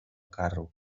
carro